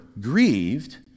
grieved